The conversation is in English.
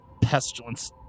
Pestilence